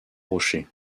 rocher